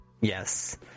Yes